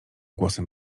głosem